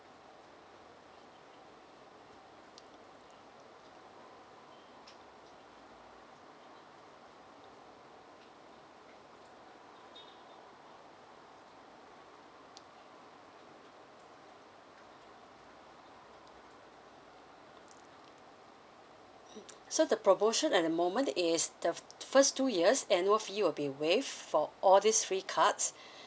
mm so the promotion at the moment is the first two years annual fee will be waived for all these free cards